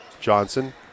Johnson